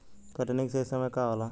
कटनी के सही समय का होला?